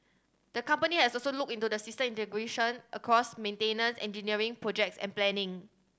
the company has also looked into system integration across maintenance engineering projects and planning